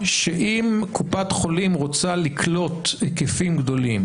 שאם קופת חולים רוצה לקלוט היקפים גדולים